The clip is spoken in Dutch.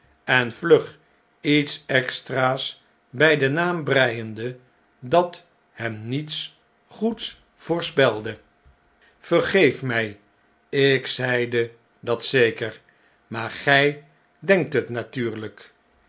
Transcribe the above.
en vlug iets extra's bij zn'n naam breiende dat hem niets goeds voorspelde vergeef mj ik zeide dat zeker maar gij denkt het natuurljjk